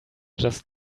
just